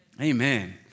Amen